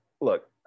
look